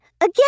Again